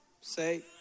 say